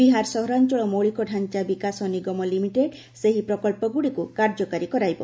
ବିହାର ସହରାଞ୍ଚଳ ମୌଳିକଢାଞ୍ଚା ବିକାଶ ନିଗମ ଲିମିଟେଡ୍ ସେହି ପ୍ରକଳ୍ପଗୁଡ଼ିକୁ କାର୍ଯ୍ୟକାରୀ କରାଇବ